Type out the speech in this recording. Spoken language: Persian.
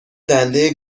دنده